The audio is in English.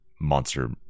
monster